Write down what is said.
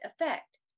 effect